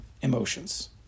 emotions